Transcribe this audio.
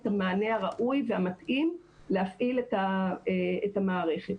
המענה הראוי והמתאים להפעיל את המערכת.